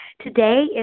Today